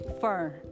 Fern